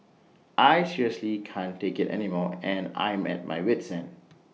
I seriously can't take IT anymore and I'm at my wit's end